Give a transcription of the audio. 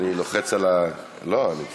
לא, הוא